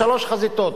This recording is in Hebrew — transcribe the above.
בשלוש חזיתות: